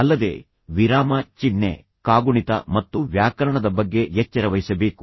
ಅಲ್ಲದೆ ವಿರಾಮ ಚಿಹ್ನೆ ಕಾಗುಣಿತ ಮತ್ತು ವ್ಯಾಕರಣದ ಬಗ್ಗೆ ಎಚ್ಚರವಹಿಸಬೇಕು